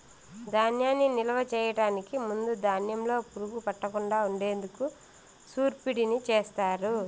ధాన్యాన్ని నిలువ చేయటానికి ముందు ధాన్యంలో పురుగు పట్టకుండా ఉండేందుకు నూర్పిడిని చేస్తారు